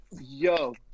yo